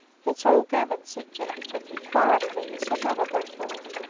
it's all gammon, said jacky jacky, borack me, its another blackfellow.